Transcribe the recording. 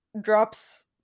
drops